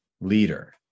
leader